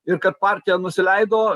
ir kad partija nusileido